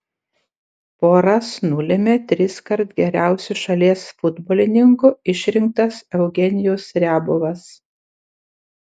poras nulėmė triskart geriausiu šalies futbolininku išrinktas eugenijus riabovas